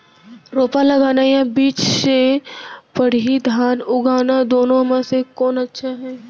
रोपा लगाना या बीज से पड़ही धान उगाना दुनो म से कोन अच्छा हे?